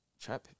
trap